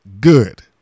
good